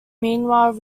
meanwhile